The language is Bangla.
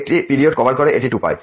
একটি পিরিয়ড কভার করে এটি 2π